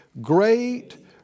Great